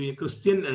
Christian